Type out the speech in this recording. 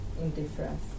indifference